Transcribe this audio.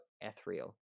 ethereal